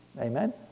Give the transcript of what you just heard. Amen